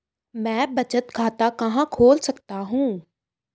मैं बचत खाता कहां खोल सकता हूँ?